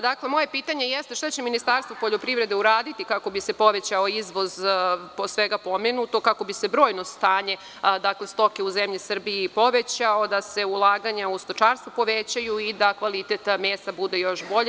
Dakle, moje pitanje jeste – šta će Ministarstvo poljoprivrede uraditi kako bi se povećao izvoz svega pomenutog, kako bi se brojno stanje stoke u zemlji Srbiji povećao, da se ulaganja u stočarstvo povećaju i da kvalitet mesa bude još bolji?